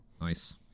Nice